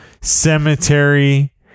Cemetery